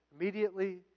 Immediately